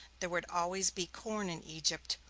there would always be corn in egypt,